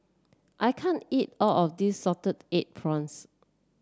I can't eat all of this Salted Egg Prawns